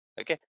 okay